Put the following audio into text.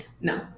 No